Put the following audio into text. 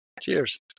cheers